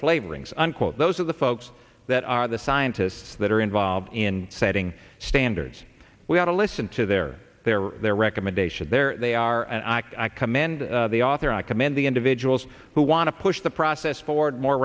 flavorings unquote those are the folks that are the scientists that are involved in setting standards we ought to listen to their there are recommendations there they are and i commend the author i commend the individuals who want to push the process forward more